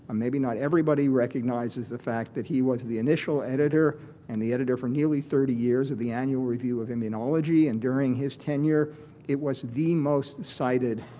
um maybe not everybody recognizes the fact that he was the initial editor and the editor for nearly thirty years at the annual review of immunology and during his tenure it was the most cited